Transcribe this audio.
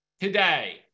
today